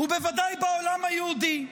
ובוודאי בעולם היהודי.